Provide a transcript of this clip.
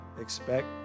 expect